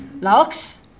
locks